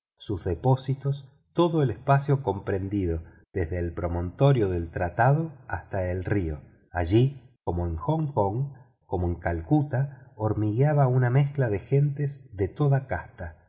sus depósitos todo el espacio comprendido desde el promontorio del tratado hasta el río allí como en hong kong como en calcuta hormigueaba una mezcla de gentes de toda casta